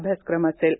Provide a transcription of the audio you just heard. अभ्यासक्रम असेल